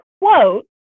quote